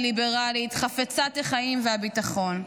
הליברלית חפצת החיים והביטחון.